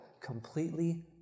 completely